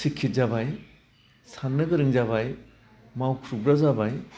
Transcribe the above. सिकिद जाबा सान्नो गोरों जाबाय मावख्रुबग्रा जाबाय